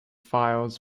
files